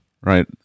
right